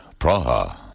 Praha